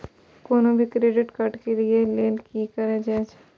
कोनो भी credit card लिए के लेल की करल जाय?